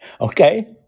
Okay